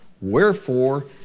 Wherefore